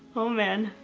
oh man.